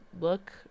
look